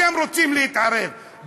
אתם רוצים להתערב.